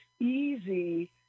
easy